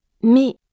mais